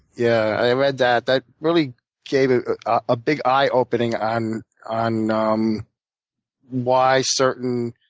yeah i read that. that really gave a big eye opening on on um why certain